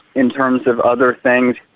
in terms of other things,